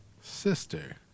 sister